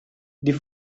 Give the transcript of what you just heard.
die